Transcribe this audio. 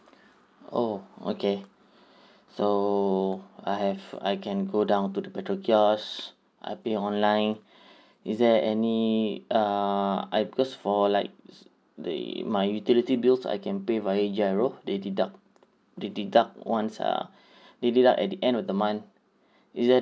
oh okay so I have I can go down to the petrol kiosk I pay online is there any err I because for likes the my utility bills I can pay via GIRO they deduct they deduct once uh they deduct at the end of the month is there